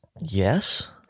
Yes